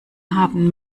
haben